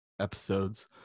episodes